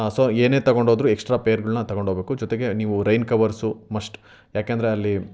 so ಏನೇ ತೊಗೊಂಡೋದ್ರು extra ಪೇರ್ಗಳ್ನ ತಗೊಂಡು ಹೋಗ್ಬೇಕು ಜೊತೆಗೆ ನೀವು ರೈನ್ ಕವರ್ಸು ಮಸ್ಟ್ ಯಾಕೆಂದರೆ ಅಲ್ಲಿ